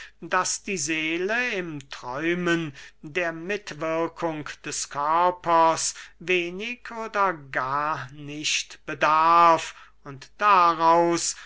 daß die seele im träumen der mitwirkung des körpers wenig oder gar nicht bedarf und daraus